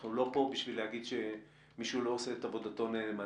אנחנו לא פה בשביל להגיד שמישהו לא עושה את עבודתו נאמנה.